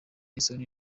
isoni